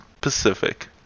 Pacific